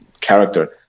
character